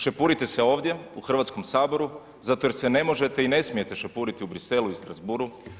Šepurite se ovdje u Hrvatskom saboru zato jer se ne možete i ne smijete šepuriti u Briselu i Strasbourgu.